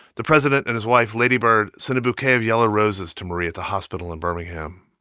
the president and his wife lady bird sent a bouquet of yellow roses to marie at the hospital in birmingham.